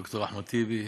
ד"ר אחמד טיבי,